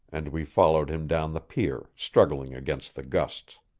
and we followed him down the pier, struggling against the gusts.